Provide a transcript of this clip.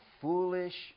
foolish